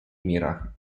мира